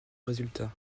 résultats